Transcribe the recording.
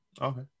Okay